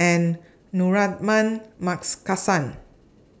and Man Marks